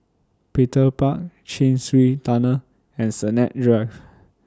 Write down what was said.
Petir Park Chin Swee Tunnel and Sennett Drive